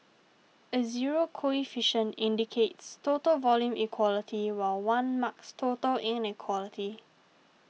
a zero coefficient indicates total equality while one marks total inequality